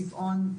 צבעון,